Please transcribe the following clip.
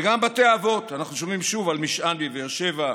וגם בתי אבות, אנחנו שומעים שוב על משען בבאר שבע.